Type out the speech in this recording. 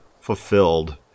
fulfilled